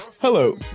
Hello